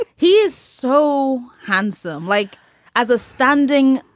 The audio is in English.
he is so handsome. like as a standing,